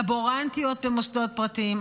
לבורנטית במוסדות פרטיים,